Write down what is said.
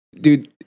Dude